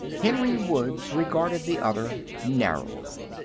henry woods regarded the other narrowly.